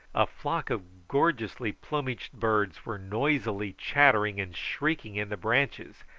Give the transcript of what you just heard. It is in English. a flock of gorgeously plumaged birds were noisily chattering and shrieking in the branches,